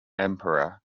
emperor